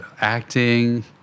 acting